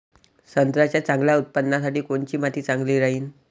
संत्र्याच्या चांगल्या उत्पन्नासाठी कोनची माती चांगली राहिनं?